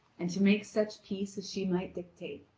and to make such peace as she might dictate.